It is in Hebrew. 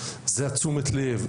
זה תשומת לב,